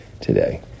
today